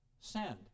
send